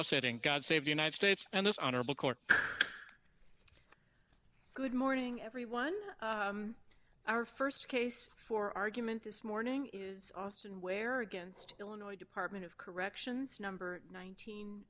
setting god save the united states and this honorable court good morning everyone our st case for argument this morning is austin where against illinois department of corrections number